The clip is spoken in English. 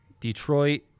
Detroit